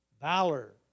Valor